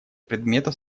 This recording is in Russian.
предмета